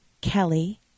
Kelly